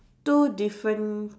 two different